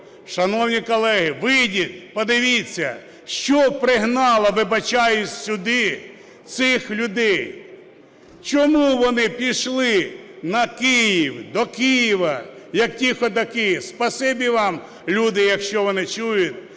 Шановні колеги, вийдіть, подивіться, що пригнало, вибачаюсь, сюди цих людей. Чому вони пішли на Київ, до Києва, як ті ходаки? Спасибі вам, люди, якщо вони чують,